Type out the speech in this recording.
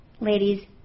Ladies